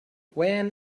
when